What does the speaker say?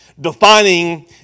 defining